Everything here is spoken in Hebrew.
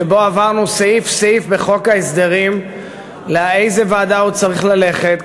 שבו עברנו סעיף סעיף בחוק ההסדרים לאיזו ועדה הוא צריך ללכת,